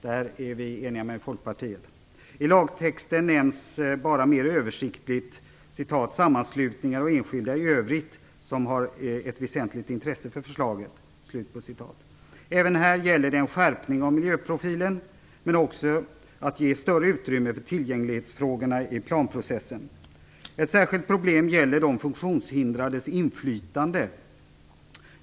Där är vi eniga med I lagtexten nämns bara mer översiktligt "sammanslutningar och enskilda i övrigt som har ett väsentligt intresse av förslaget". Även här gäller det en skärpning av miljöprofilen men också att ge större utrymme för tillgänglighetsfrågorna i planprocessen. Ett särskilt problem är de funktionshindrades inflytande.